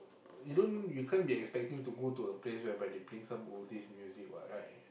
you don't you can't be expecting to go to a place whereby they playing some oldies music what right